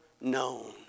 known